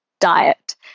diet